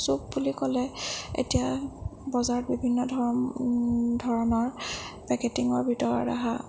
চুপ বুলি ক'লে এতিয়া বজাৰত বিভিন্ন ধৰণ ধৰণৰ পেকেটিঙৰ ভিতৰত অহা